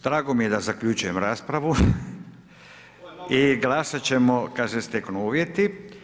Drago mi je da zaključujem raspravu i glasat ćemo kada se steknu uvjeti.